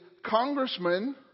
congressman